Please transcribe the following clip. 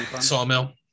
Sawmill